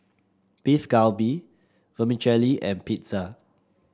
Beef Galbi Vermicelli and Pizza